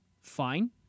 fine